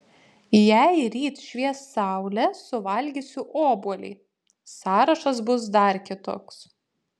jei ryt švies saulė suvalgysiu obuolį sąrašas bus dar kitoks